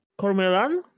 Cormelan